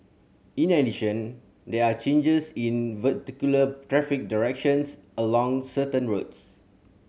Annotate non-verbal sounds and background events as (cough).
in addition there are changes in (unintelligible) traffic direction along certain roads